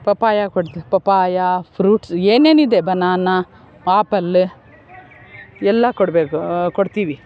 papaya ಕೊಡ್ತೀವಿ papaya fruits ಏನೇನಿದೆ banana apple ಎಲ್ಲ ಕೊಡಬೇಕು ಕೊಡ್ತೀವಿ